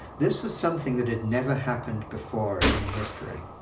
this was something that had never happened before in history.